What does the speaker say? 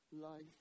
life